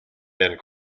been